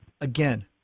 again